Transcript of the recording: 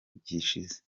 gishize